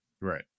Right